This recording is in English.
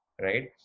Right